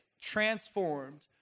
transformed